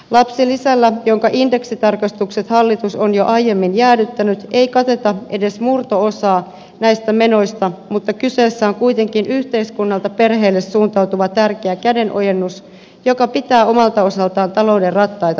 lapsilisällä jonka indeksitarkastukset hallitus on jo aiemmin jäädyttänyt ei kateta edes murto osaa näistä menoista mutta kyseessä on kuitenkin yhteiskunnalta perheille suuntautuva tärkeä kädenojennus joka pitää omalta osaltaan talouden rattaita